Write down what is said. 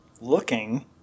looking